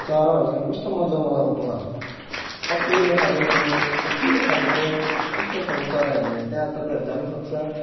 चराहरूसँग कस्तो मजा मजाको पख पखिलो खालेको चहकिलो खालेको कस्तो खाले चरा हेर्ने त्यहाँ तपाईँहरू जानुसक्छ